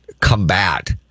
combat